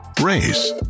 Race